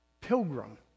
pilgrim